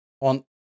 on